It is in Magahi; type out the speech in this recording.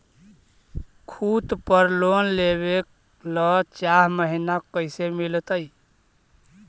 खूत पर लोन लेबे ल चाह महिना कैसे मिलतै?